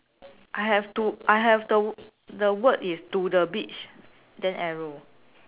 I have to I have the the word is to the beach then arrow